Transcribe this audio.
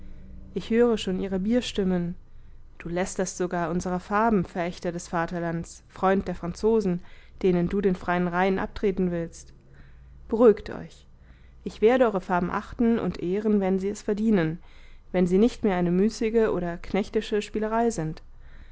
ich höre schon ihre bierstimmen du lästerst sogar unsere farben verächter des vaterlands freund der franzosen denen du den freien rhein abtreten willst beruhigt euch ich werde eure farben achten und ehren wenn sie es verdienen wenn sie nicht mehr eine müßige oder knechtische spielerei sind